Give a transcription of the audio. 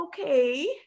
okay